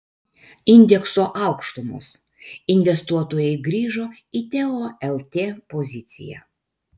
indekso aukštumos investuotojai grįžo į teo lt poziciją